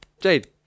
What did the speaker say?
Jade